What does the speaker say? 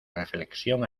reflexión